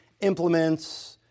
implements